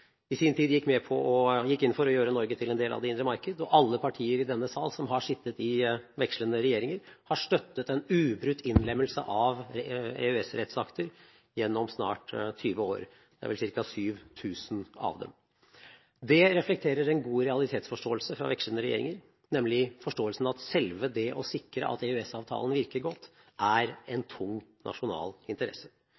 i sin tid gikk inn for å gjøre Norge til en del av det indre marked, og alle partier i denne sal som har sittet i vekslende regjeringer, har støttet en ubrutt innlemmelse av EØS-rettsakter gjennom snart 20 år – det er vel ca. 7 000 av dem. Det reflekterer en god realitetsforståelse fra vekslende regjeringer, nemlig forståelsen av at selve det å sikre at EØS-avtalen virker godt, er en